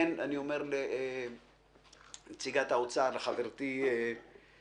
אני אומר לנציגת משרד האוצר, לחברתי רעיה